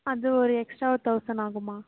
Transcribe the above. அது ஒரு எக்ஸ்ட்டா ஒர் தௌசண்ட் ஆகும்மா